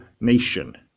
nation